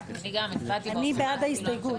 אני בעד ההסתייגות.